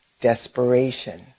desperation